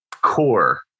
core